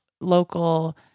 local